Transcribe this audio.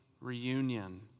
reunion